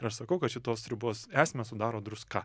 ir aš sakau kad šitos sriubos esmę sudaro druska